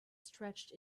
stretched